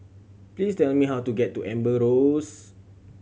please tell me how to get to Amber Rose